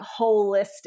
holistic